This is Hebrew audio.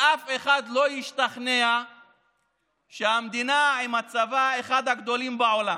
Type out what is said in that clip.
אף אחד לא ישתכנע שהמדינה עם הצבא שהוא אחד הגדולים בעולם,